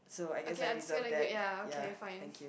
okay I'm just gonna get ya okay fine